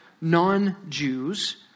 non-Jews